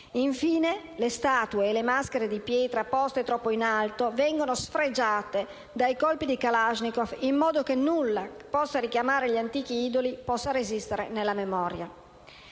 Infine, le statue e le maschere di pietra poste troppo in alto sono state sfregiate da colpi di *kalashnikov* in modo che nulla che possa richiamare gli antichi idoli possa resistere nella memoria.